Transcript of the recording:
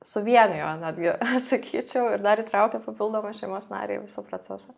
suvienijo netgi sakyčiau ir dar įtraukė papildomą šeimos narį į visą procesą